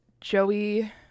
joey